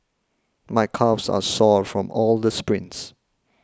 my calves are sore from all the sprints